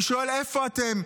אני שואל: איפה אתם?